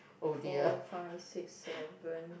four five six seven